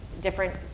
different